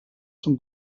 són